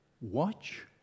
watch